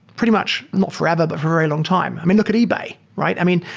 pretty much not forever, but for a very long time. i mean, look at ebay, right? i mean,